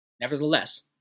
Nevertheless